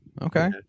Okay